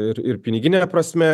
ir ir pinigine prasme